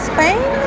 Spain